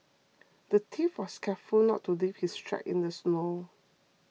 the thief was careful not to leave his tracks in the snow